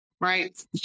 Right